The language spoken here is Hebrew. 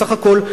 בסך הכול,